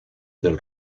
del